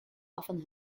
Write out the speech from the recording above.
often